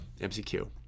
MCQ